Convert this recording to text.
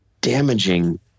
damaging